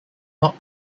not